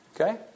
Okay